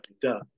done